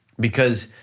because,